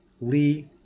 lee